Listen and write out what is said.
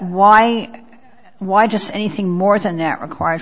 why why just anything more than that require